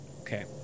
Okay